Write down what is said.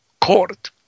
court